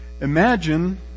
Imagine